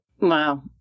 Wow